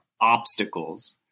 obstacles